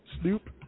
Snoop